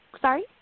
sorry